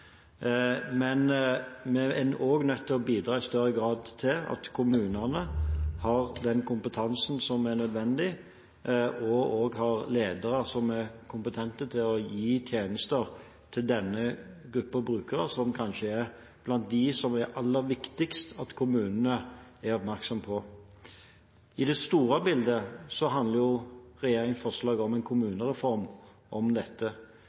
Men vi er også nødt til å bidra i større grad til at kommunene har den kompetansen som er nødvendig, og også har ledere som er kompetente til å gi tjenester til denne gruppen brukere, som kanskje er blant dem som det er aller viktigst at kommunene er oppmerksomme på. I det store bildet handler regjeringens forslag om en kommunereform om dette,